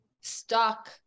stuck